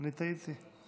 אני טעיתי.